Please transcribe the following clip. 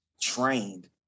trained